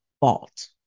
fault